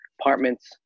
apartments